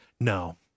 no